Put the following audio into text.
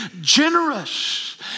generous